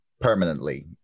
permanently